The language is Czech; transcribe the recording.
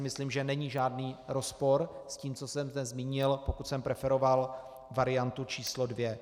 Myslím, že tady není žádný rozpor s tím, co jsem dnes zmínil, pokud jsem preferoval variantu č. 2.